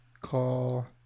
call